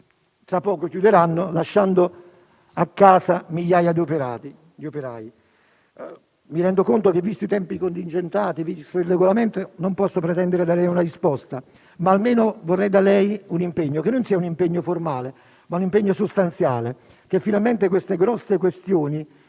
tra poco chiuderanno, lasciando a casa migliaia di operai. Mi rendo conto che, dati i tempi contingentati previsti dal Regolamento, non posso pretendere da lei una risposta, ma almeno vorrei da lei un impegno, che non sia formale, ma sostanziale, affinché finalmente queste importanti questioni